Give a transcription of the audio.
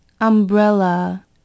Umbrella